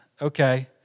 okay